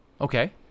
Okay